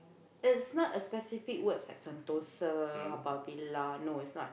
is not a specific word like Sentosa Haw-Par-Villa no is not